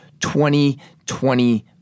2020